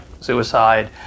suicide